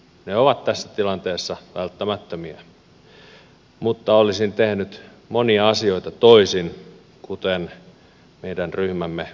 ne ovat tässä tilanteessa välttämättömiä mutta olisin tehnyt monia asioita toisin kuten meidän ryhmämme myöhemmin esittää